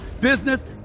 business